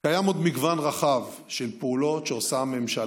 קיים עוד מגוון רחב של פעולות שעושה הממשלה